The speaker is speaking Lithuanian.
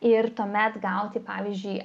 ir tuomet gauti pavyzdžiui